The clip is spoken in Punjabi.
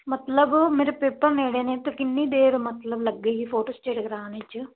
ਮਤਲਬ ਮੇਰੇ ਪੇਪਰ ਨੇੜੇ ਨੇ ਤੇ ਕਿੰਨੀ ਦੇਰ ਮਤਲਬ ਲੱਗ ਗਈ ਫੋਟੋ ਸਟੇਟ ਕਰਾਉਣ ਚ